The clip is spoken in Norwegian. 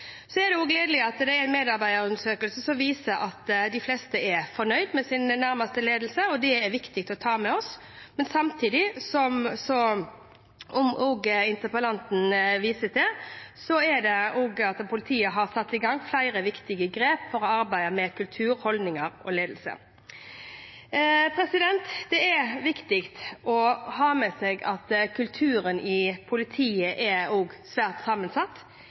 er også gledelig at det er medarbeiderundersøkelser som viser at de fleste er fornøyd med sin nærmeste ledelse – og det er viktig å ta med seg. Men samtidig, som også interpellanten viste til, er det også slik at politiet har tatt flere viktige grep for å arbeide med kultur, holdninger og ledelse. Det er viktig å ha med seg at kulturen i politiet er svært sammensatt